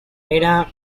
era